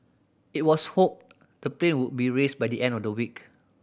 it was hoped the plane would be raised by the end of the week